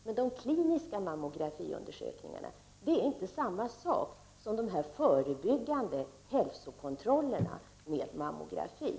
Men de kliniska mammografiundersökningarna är inte samma sak som de förebyggande hälsokontrollerna med mammografi.